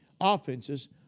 offenses